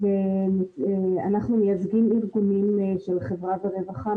ואנחנו מייצגים ארגונים של חברה ורווחה,